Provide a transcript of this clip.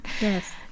Yes